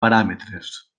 paràmetres